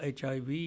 HIV